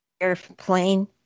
airplane